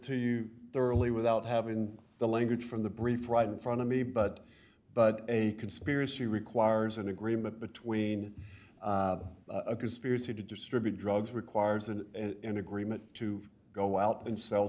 to you thoroughly without having the language from the brief right in front of me but but a conspiracy requires an agreement between a conspiracy to distribute drugs requires an in agreement to go out and sell